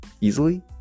easily